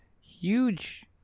huge